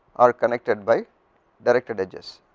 are connected by directed edges